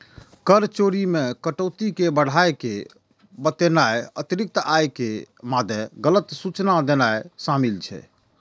कर चोरी मे कटौती कें बढ़ाय के बतेनाय, अतिरिक्त आय के मादे गलत सूचना देनाय शामिल छै